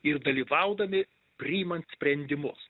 ir dalyvaudami priimant sprendimus